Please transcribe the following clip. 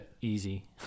easy